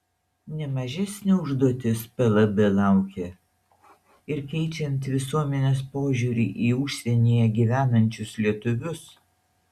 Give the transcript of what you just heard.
ne mažesnė užduotis plb laukia ir keičiant visuomenės požiūrį į užsienyje gyvenančius lietuvius